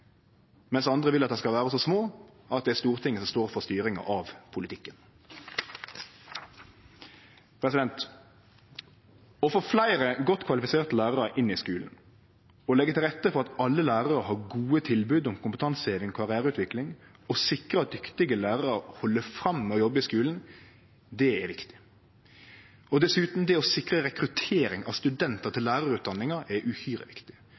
andre vil at dei skal vere så små at det er Stortinget som står for styringa av politikken. Å få fleire godt kvalifiserte lærarar inn i skulen, leggje til rette for at alle lærarar har gode tilbod om kompetanseheving og karriereutvikling, og sikre at dyktige lærarar held fram med å jobbe i skulen, er viktig. Og dessutan, å sikre rekruttering av studentar til lærarutdanninga er uhyre viktig.